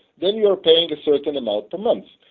then you're paying a certain amount per month.